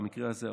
במקרה הזה,